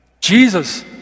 Jesus